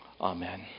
Amen